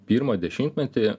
pirmą dešimtmetį